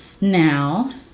now